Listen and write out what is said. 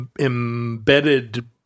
embedded